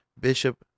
bishop